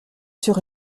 sur